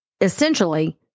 essentially